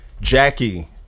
jackie